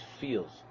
feels